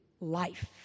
life